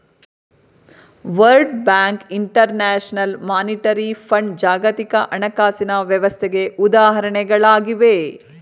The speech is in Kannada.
world bank, international monetary fund ಜಾಗತಿಕ ಹಣಕಾಸಿನ ವ್ಯವಸ್ಥೆಗೆ ಉದಾಹರಣೆಗಳಾಗಿವೆ